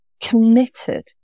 committed